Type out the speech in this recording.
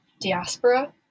diaspora